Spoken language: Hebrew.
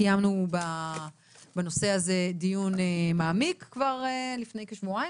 קיימנו בנושא הזה דיון מעמיק כבר לפני כשבועיים,